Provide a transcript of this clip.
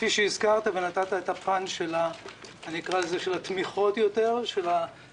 כפי שהזכרת ונתת את הפן של התמיכות במוסדות